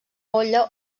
olla